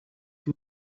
two